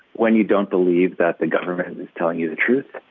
when you don't believe that the government and is telling you the truth,